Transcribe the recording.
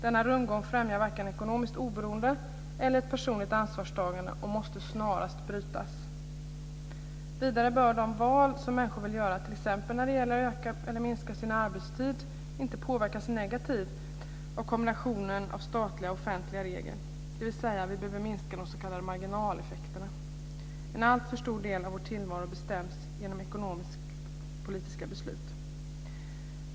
Denna rundgång främjar varken ekonomiskt oberoende eller personligt ansvarstagande och måste snarast brytas. Vidare bör de val som människor vill göra, t.ex. öka eller minska sin arbetstid, inte påverkas negativt av kombinationen av statliga och offentliga regler. Vi behöver minska de s.k. marginaleffekterna. En alltför stor del av vår tillvaro bestäms genom ekonomisk-politiska beslut.